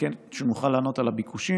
וכן שנוכל לענות על הביקוש.